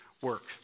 work